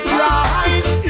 rise